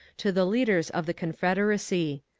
to the leaders of the confederacy.